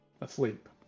asleep